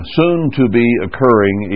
soon-to-be-occurring